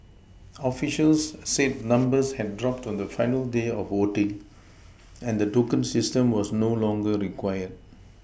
officials said numbers had dropped on the final day of voting and the token system was no longer required